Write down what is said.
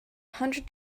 hundred